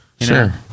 Sure